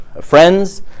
friends